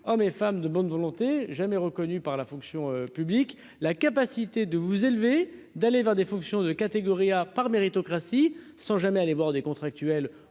hommes et femmes de bonne volonté, jamais reconnu par la fonction publique, la capacité de vous élever d'aller vers des fonctions de catégorie A part méritocratie sans jamais aller voir des contractuels